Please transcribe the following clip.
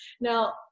Now